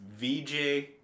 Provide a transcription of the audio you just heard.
VJ